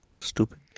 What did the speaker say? stupid